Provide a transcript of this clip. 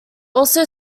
also